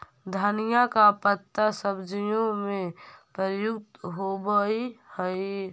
धनिया का पत्ता सब्जियों में प्रयुक्त होवअ हई